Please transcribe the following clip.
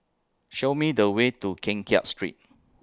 Show Me The Way to Keng Kiat Street